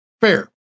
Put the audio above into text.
Fair